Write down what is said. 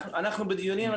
אנחנו בדיונים.